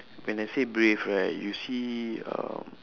when I say brave right you see um